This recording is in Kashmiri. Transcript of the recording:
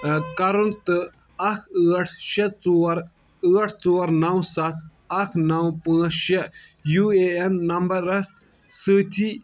ٲں کرُن تہٕ اَکھ ٲٹھ شےٚ ژور ٲٹھ ژور نَو سَتھ اَکھ نَو پانٛژھ شےٚ یوٗ اے ایٚن نمبرَس سۭتۍ